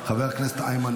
חבר הכנסת איימן,